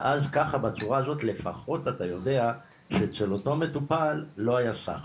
ואז ככה בצורה הזאת לפחות אתה יודע שאצל אותו מטופל לא היה סחר,